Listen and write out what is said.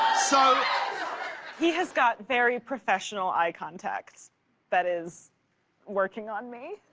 so he's got very professional eye contact that is working on me!